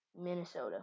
Minnesota